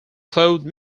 claude